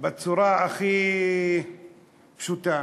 בצורה הכי פשוטה.